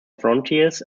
frontiers